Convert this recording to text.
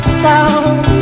sound